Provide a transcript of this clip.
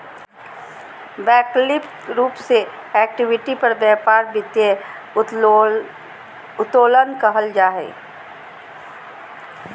वैकल्पिक रूप से इक्विटी पर व्यापार वित्तीय उत्तोलन कहल जा हइ